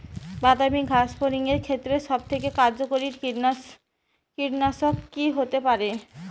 বাদামী গাছফড়িঙের ক্ষেত্রে সবথেকে কার্যকরী কীটনাশক কি হতে পারে?